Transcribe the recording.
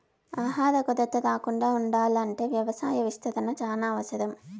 ఆహార కొరత రాకుండా ఉండాల్ల అంటే వ్యవసాయ విస్తరణ చానా అవసరం